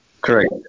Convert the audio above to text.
Correct